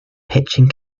pitching